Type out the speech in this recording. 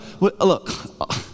Look